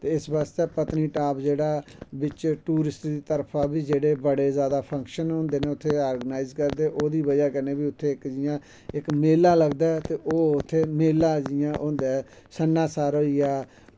इस बास्तै पतनीटॉप जेह्ड़ा बिच्च टूरिसिट दी तरफा जेह्ड़े बड़े जादा फंक्शन होंदे न उत्थे ऑरगनाईज़ करदे ओह्दी बजा कन्ने बी उत्थे इक जियां मेला लगदा ऐ ते ओह् उत्थे मेला जियां होंदा ऐ सनासर होईया